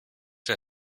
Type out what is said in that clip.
der